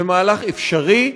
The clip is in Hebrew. זה מהלך אפשרי.